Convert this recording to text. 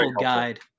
guide